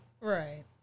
right